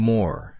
More